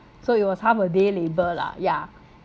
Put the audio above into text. so it was half a day labour lah ya